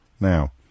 Now